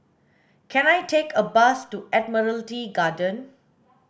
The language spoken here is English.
can I take a bus to Admiralty Garden